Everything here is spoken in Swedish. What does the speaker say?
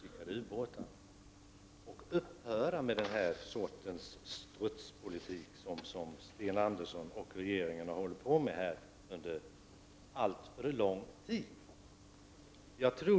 Regeringen måste upphöra med den strutspolitik som regeringen och Sten Andersson nu bedrivit under alltför lång tid.